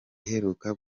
iheruka